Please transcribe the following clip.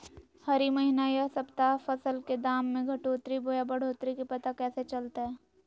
हरी महीना यह सप्ताह फसल के दाम में घटोतरी बोया बढ़ोतरी के पता कैसे चलतय?